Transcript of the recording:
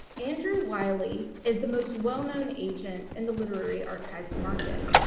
andrew wiley is the most well-known agent in the literary archives market.